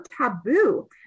taboo